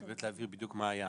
אני רוצה להבהיר בדיוק מה היה.